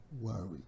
worry